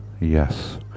Yes